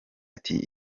ati